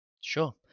Sure